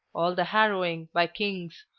all the harrowing by kings,